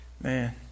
Man